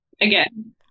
again